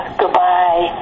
goodbye